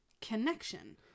connection